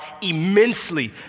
immensely